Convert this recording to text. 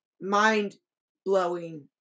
mind-blowing